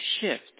shift